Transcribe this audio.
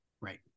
right